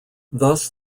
thus